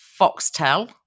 Foxtel